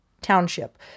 Township